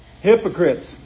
hypocrites